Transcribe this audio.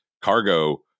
cargo